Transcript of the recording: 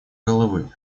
головы